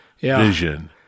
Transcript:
vision